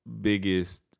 biggest